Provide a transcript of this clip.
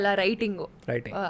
writing